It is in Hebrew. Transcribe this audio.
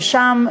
ששם,